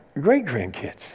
great-grandkids